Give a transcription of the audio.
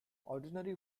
ordinary